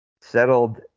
settled